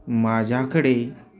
माझ्याकडे